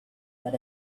that